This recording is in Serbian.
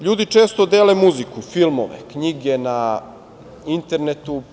LJudi često dele muziku, filmove, knjige na internetu.